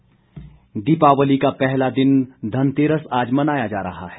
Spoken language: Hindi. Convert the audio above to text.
घनतेरस दीपावली का पहला दिन धनतेरस आज मनाया जा रहा है